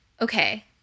okay –